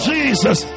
Jesus